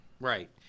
Right